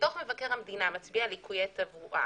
כשדוח מבקר המדינה מצביע על ליקויי תברואה